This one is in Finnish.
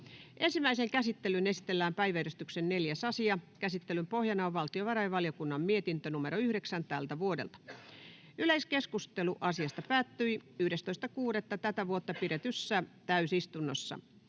Ensimmäiseen käsittelyyn esitellään päiväjärjestyksen 4. asia. Käsittelyn pohjana on valtiovarainvaliokunnan mietintö VaVM 9/2024 vp. Yleiskeskustelu asiasta päättyi 11.6.2024 pidetyssä täysistunnossa.